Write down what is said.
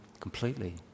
Completely